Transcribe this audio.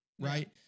Right